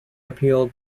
appealed